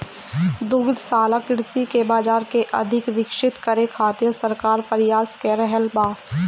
दुग्धशाला कृषि के बाजार के अधिक विकसित करे खातिर सरकार प्रयास क रहल बा